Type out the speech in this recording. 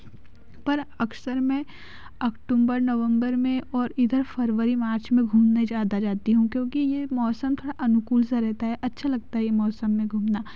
पर अक्सर मैं अक्टूम्बर नवम्बर में और इधर फरवरी मार्च में ज़्यादा जाती हूँ क्योंकि यह मौसम थोड़ा अनुकूल सा रहता है अच्छा लगता है यह मौसम में घूमना